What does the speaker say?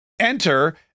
enter